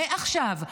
מעכשיו,